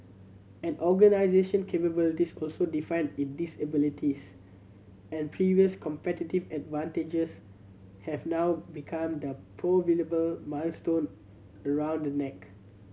an organisation capabilities also define its disabilities and previous competitive advantages have now become the proverbial millstone around the neck